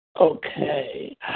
Okay